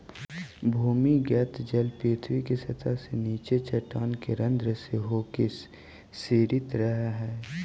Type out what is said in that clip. भूमिगत जल पृथ्वी के सतह के नीचे चट्टान के रन्ध्र से होके रिसित रहऽ हई